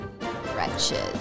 Wretches